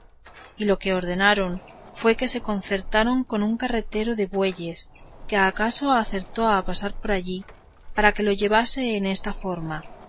y lo que ordenaron fue que se concertaron con un carretero de bueyes que acaso acertó a pasar por allí para que lo llevase en esta forma